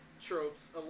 tropes